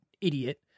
idiot